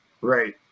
Right